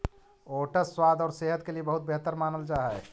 oats स्वाद और सेहत के लिए बहुत बेहतर मानल जा हई